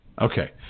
Okay